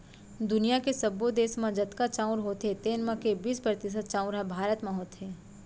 दुनियॉ के सब्बो देस म जतका चाँउर होथे तेन म के बीस परतिसत चाउर ह भारत म होथे